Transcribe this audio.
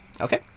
Okay